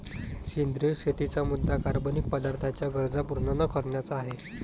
सेंद्रिय शेतीचा मुद्या कार्बनिक पदार्थांच्या गरजा पूर्ण न करण्याचा आहे